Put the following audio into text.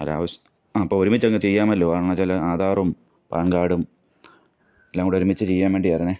ഒരാവിശ്യം ആ അപ്പോൾ ഒരുമിച്ചങ്ങ് ചെയ്യാമല്ലൊ കാരണമെന്ന് വച്ചാൽ ആധാറും പാൻകാഡും എല്ലാം കൂടെ ഒരുമിച്ച് ചെയ്യാൻ വേണ്ടി ആയിരുന്നെ